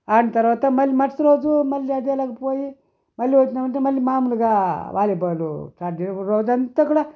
ఆడిన తర్వాత మళ్ళీ మొరస రోజు మల్ల అదేలాగ పోయి మళ్ళీ వచ్చినామంటే మళ్ళీ మామూలుగా వాలిబాలు స్టార్ట్ చేసి రోజంతా కూడా